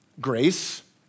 Grace